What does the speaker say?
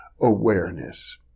awareness